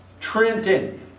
Trenton